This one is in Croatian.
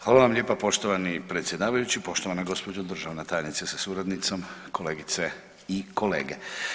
Hvala vam lijepa poštovani predsjedavajući, poštovana gospođo državna tajnice sa suradnicom, kolegice i kolege.